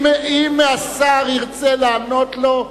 אם השר ירצה לענות לו,